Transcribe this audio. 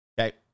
Okay